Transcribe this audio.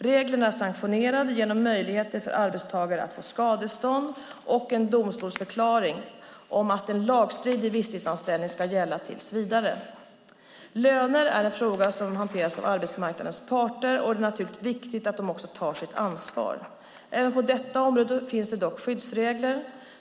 Reglerna är sanktionerade genom möjligheter för arbetstagaren att få skadestånd och en domstolsförklaring om att en lagstridig visstidsanställning ska gälla tills vidare. Löner är en fråga som hanteras av arbetsmarknadens parter, och det är naturligtvis viktigt att de också tar sitt ansvar. Även på detta område finns det dock skyddsregler.